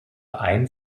ein